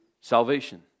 salvation